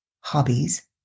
hobbies